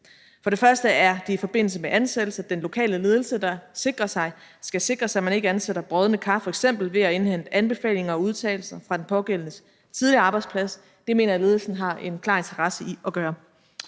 og fremmest er det i forbindelse med ansættelse den lokale ledelse, der skal sikre sig, at man ikke ansætter brodne kar, f.eks. ved at indhente anbefalinger og udtalelser fra den pågældendes tidligere arbejdsplads. Det mener jeg at ledelsen har en klar interesse i at gøre.